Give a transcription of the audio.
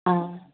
आं